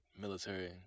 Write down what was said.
military